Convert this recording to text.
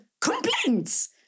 complaints